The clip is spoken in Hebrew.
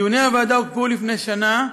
דיוני הועדה הוקפאו לפני שנה,